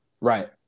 Right